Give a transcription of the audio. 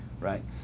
right